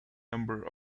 numbers